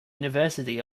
university